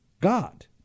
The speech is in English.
God